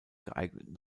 geeigneten